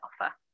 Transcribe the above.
offer